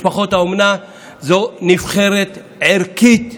משפחות האומנה הן נבחרת ערכית,